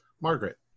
Margaret